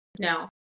no